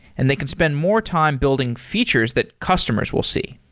and they can spend more time building features that customers will see.